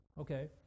Okay